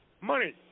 Money